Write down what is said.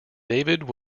david